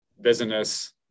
business